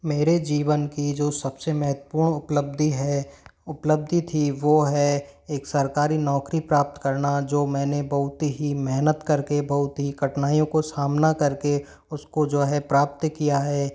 मेरे जीवन की जो सबसे महत्वपूर्ण उपलब्धि है उपलब्धि थी वो है एक सरकारी नौकरी प्राप्त करना जो मैंने बहुत ही मेहनत करके बहुत ही कठिनाइयों को सामना करके उसको जो है प्राप्त किया है